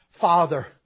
father